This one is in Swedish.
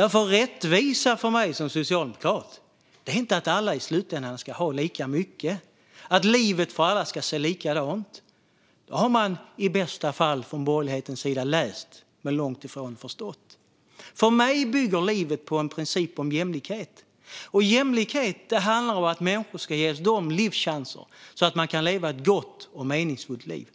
där. Rättvisa för mig som socialdemokrat är inte att alla i slutändan ska ha lika mycket - att livet ska se likadant ut för alla. Då har man, i bästa fall, från borgerlighetens sida läst men långt ifrån förstått. För mig bygger livet på en princip om jämlikhet. Och jämlikhet handlar om att människor ska ges livschanser för att kunna leva ett gott och meningsfullt liv.